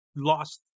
lost